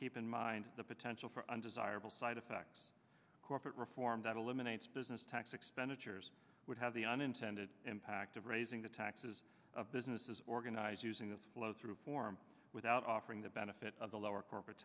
keep in mind the potential for undesirable side effects corporate reform that eliminates business tax expenditures would have the unintended impact of raising the taxes of businesses organize using the flow through form without offering the benefit of the lower corporate